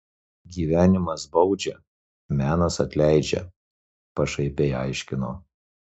gyvenimas baudžia menas atleidžia pašaipiai aiškino